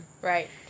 Right